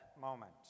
moment